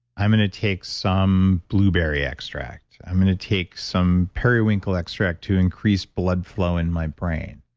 i'm going to take some blueberry extract. i'm going to take some periwinkle extract to increase blood flow in my brain.